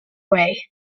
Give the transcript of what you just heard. way